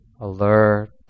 alert